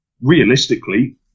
realistically